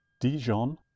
Dijon